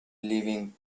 living